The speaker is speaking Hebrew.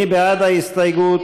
מי בעד ההסתייגות?